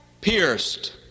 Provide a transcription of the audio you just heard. pierced